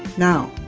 now,